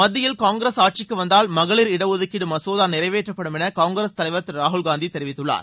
மத்தியில் காங்கிரஸ் ஆட்சிக்கு வந்தால் மகளிர் இடஒதுக்கீடு மசோதா நிறைவேற்றப்படும் என காங்கிரஸ் தலைவர் திரு ராகுல் காந்தி தெரிவித்துள்ளார்